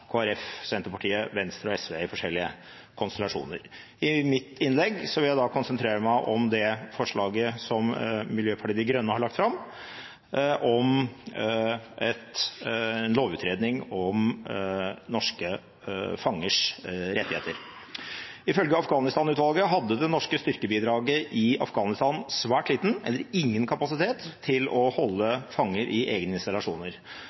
Senterpartiet, Venstre og SV i forskjellige konstellasjoner. I mitt innlegg vil jeg konsentrere meg om det forslaget som Miljøpartiet De Grønne har lagt fram, om en lovutredning om rettighetene til fanger som holdes av norske soldater. Ifølge Afghanistan-utvalget hadde det norske styrkebidraget i Afghanistan svært liten eller ingen kapasitet til å holde fanger i egne installasjoner.